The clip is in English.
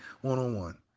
one-on-one